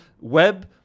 web